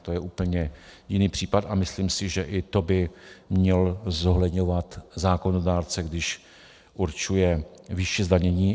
To je úplně jiný případ a myslím si, že i to by měl zohledňovat zákonodárce, když určuje výši zdanění.